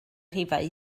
rhifau